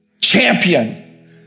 Champion